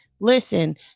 Listen